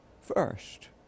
first